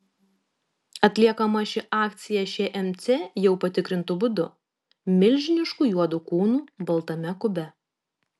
atliekama ši akcija šmc jau patikrintu būdu milžinišku juodu kūnu baltame kube